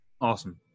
awesome